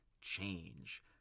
change